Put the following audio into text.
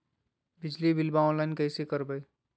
बिजली बिलाबा ऑनलाइन कैसे करबै?